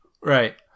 Right